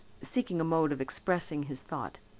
seeking a mode of expressing his thought.